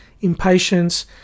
impatience